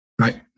right